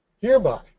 Hereby